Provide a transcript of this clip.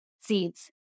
seeds